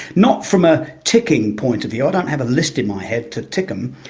not from a ticking point of view, i don't have a list in my head to tick them,